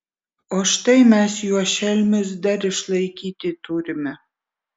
o štai mes juos šelmius dar išlaikyti turime